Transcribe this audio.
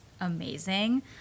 amazing